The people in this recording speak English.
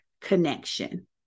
connection